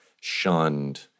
shunned